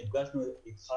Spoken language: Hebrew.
נפגשנו אתך